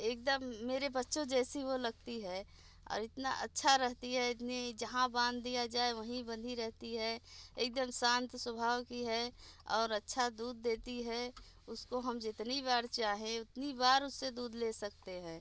एक दम मेरे बच्चों जैसी वो लगती है और इतना अच्छा रहती है इतनी जहाँ बाँध दिया जाए वहीं बंधी रहती है एक दम शांत स्वभाव की है और अच्छा दूध देती है उसको हम जितनी बार चाहें उतनी बार उससे दूध ले सकते हैं